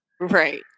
Right